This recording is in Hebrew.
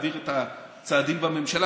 להעביר את הצעדים בממשלה,